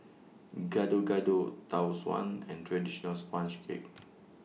Gado Gado Tau Suan and Traditional Sponge Cake